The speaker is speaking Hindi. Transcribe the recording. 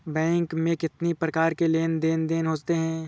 बैंक में कितनी प्रकार के लेन देन देन होते हैं?